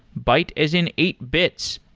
byte as in eight bits.